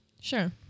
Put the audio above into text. Sure